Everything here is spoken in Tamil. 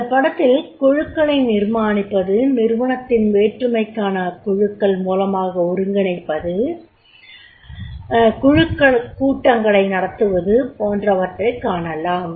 இந்த படத்தில் குழுக்களை நிர்மாணிப்பது நிறுவனத்தின் வேற்றுமைகளை அக்குழுக்கள் மூலமாக ஒருங்கிணைப்பது குழுக் கூட்டங்களை நடத்துவது போன்றவற்றைக் காணலாம்